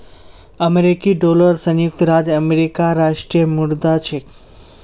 अमेरिकी डॉलर संयुक्त राज्य अमेरिकार राष्ट्रीय मुद्रा छिके